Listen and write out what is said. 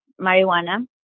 marijuana